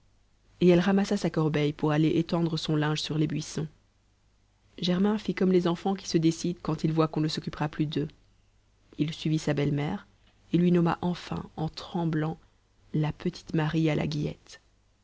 et elle ramassa sa corbeille pour aller étendre son linge sur les buissons germain fit comme les enfants qui se décident quand ils voient qu'on ne s'occupera plus d'eux il suivit sa belle-mère et lui nomma enfin en tremblant la petite marie à la guillette